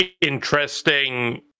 interesting